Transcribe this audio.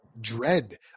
dread